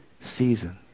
season